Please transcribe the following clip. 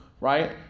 Right